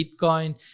Bitcoin